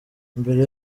mbere